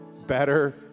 better